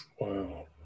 Wow